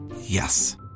Yes